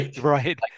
right